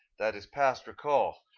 that is past recall.